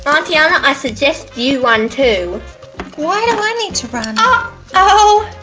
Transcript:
um tatiana i suggest you one two why do i need to run and oh